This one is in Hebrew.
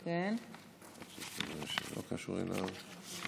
דרך אגב,